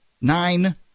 nine